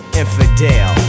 infidel